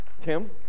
Tim